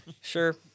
Sure